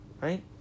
right